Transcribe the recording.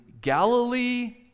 Galilee